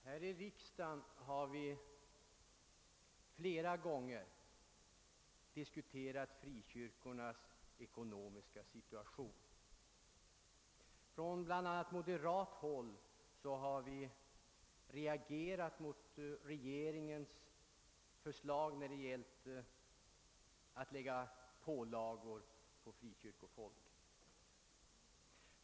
Herr talman! Vi har här i riksdagen flera gånger diskuterat frikyrkornas ekonomiska situation. Från bl.a. moderat håll har vi reagerat mot förslag från regeringens sida som inneburit pålagor på frikyrkofolket.